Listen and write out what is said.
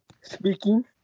speaking